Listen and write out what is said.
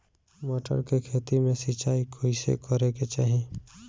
मटर के खेती मे सिचाई कइसे करे के चाही?